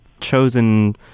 chosen